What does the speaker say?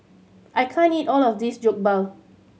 I can't eat all of this Jokbal